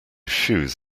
shoes